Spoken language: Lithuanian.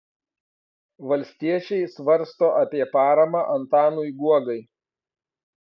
valstiečiai svarsto apie paramą antanui guogai